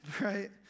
right